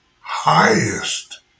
highest